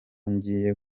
ngiye